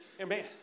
amen